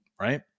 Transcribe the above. right